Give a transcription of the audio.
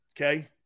Okay